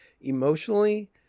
emotionally